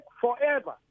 forever